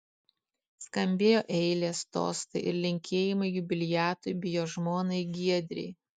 skambėjo eilės tostai ir linkėjimai jubiliatui bei jo žmonai giedrei